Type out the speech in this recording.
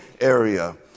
area